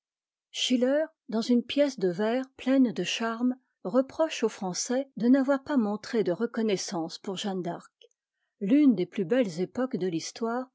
schiller dans une pièce de vers pleine de charmes reproche aux français de n'avoir pas montré de reconnaissance pour jeanne d'arc l'une des plus belles époques de l'histoire